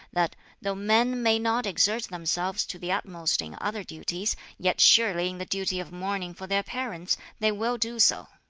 that though men may not exert themselves to the utmost in other duties, yet surely in the duty of mourning for their parents they will do so